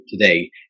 today